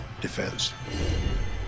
defense